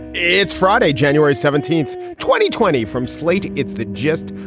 it's friday, january seventeenth, twenty twenty from slate. it's the gist.